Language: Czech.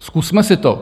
Zkusme si to.